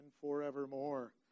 forevermore